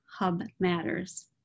hubmatters